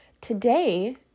Today